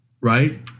Right